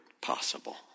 possible